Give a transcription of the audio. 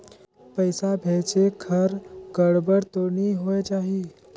पइसा भेजेक हर गड़बड़ तो नि होए जाही?